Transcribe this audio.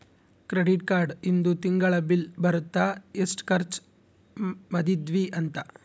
credit card ಇಂದು ತಿಂಗಳ bill ಬರುತ್ತ ಎಸ್ಟ ಖರ್ಚ ಮದಿದ್ವಿ ಅಂತ